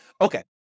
Okay